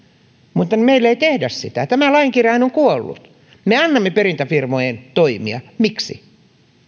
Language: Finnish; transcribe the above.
mutta meillä ei tehdä sitä tämä lain kirjain on kuollut me annamme perintäfirmojen toimia miksi